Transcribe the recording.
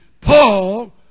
Paul